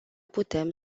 putem